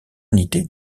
unités